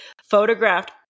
photographed